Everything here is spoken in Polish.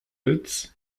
rydz